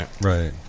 Right